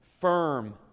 firm